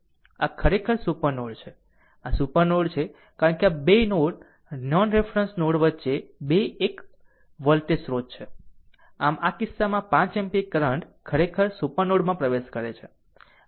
આ ખરેખર super node છે આ સુપર નોડ છે કારણ કે 2 નોન રેફરન્સ નોડ વચ્ચે 2 1 વોલ્ટેજ સ્ત્રોત છે આમ આ કિસ્સામાં 5 એમ્પીયર કરંટ ખરેખર સુપર નોડ માં પ્રવેશ કરે છે